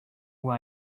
who